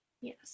Yes